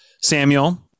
Samuel